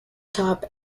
top